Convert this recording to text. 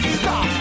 stop